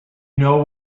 know